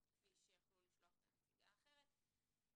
כפי שיכלו לשלוח את הנציגה האחרת.